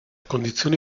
condizioni